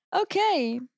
Okay